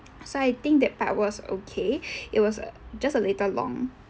so I think that part was okay it was just a little long